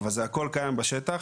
אבל זה הכול קיים בשטח.